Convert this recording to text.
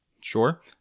sure